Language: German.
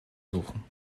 suchen